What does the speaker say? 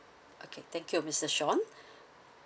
okay thank you mister sean